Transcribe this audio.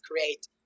create